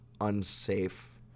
unsafe